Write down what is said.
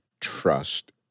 trust